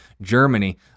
Germany